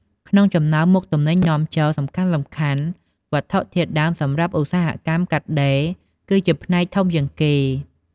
ក្នុងចំណោមមុខទំនិញនាំចូលសំខាន់ៗ វត្ថុធាតុដើមសម្រាប់ឧស្សាហកម្មកាត់ដេរ គឺជាផ្នែកធំជាងគេ។